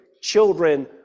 children